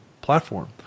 platform